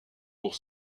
pour